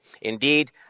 Indeed